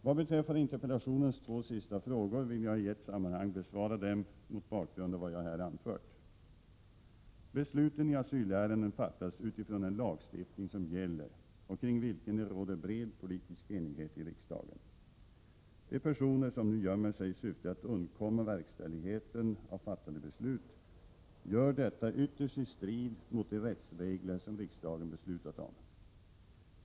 Vad beträffar interpellationens två sista frågor vill jag i ett sammanhang besvara dem mot bakgrund av vad jag här anfört. Besluten i asylärenden fattas utifrån den lagstiftning som gäller och kring vilken det råder bred politisk enighet i riksdagen. De personer som nu gömmer sig i syfte att undkomma verkställigheten av fattade beslut gör detta ytterst i strid mot de rättsregler som riksdagen beslutat om.